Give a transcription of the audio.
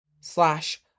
slash